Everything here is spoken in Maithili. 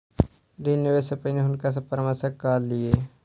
ऋण लै से पहिने हुनका सॅ परामर्श कय लिअ